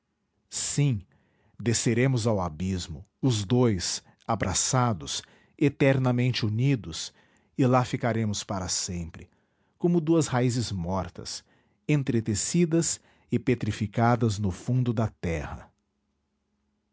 sim desceremos ao abismo os dois abraçados eternamente unidos e lá ficaremos para sempre como duas raízes mortas entretecidas e petrificadas no fundo da terra